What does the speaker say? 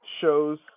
shows